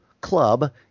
club